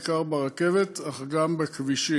בעיקר ברכבת אך גם בכבישים.